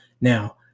Now